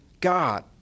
God